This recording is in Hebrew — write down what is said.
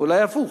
ואולי הפוך.